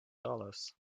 dollars